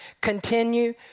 Continue